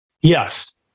yes